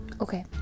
Okay